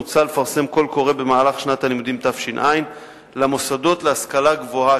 מוצע לפרסם קול קורא במהלך שנת הלימודים תש"ע למוסדות להשכלה גבוהה